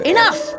Enough